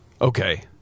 Okay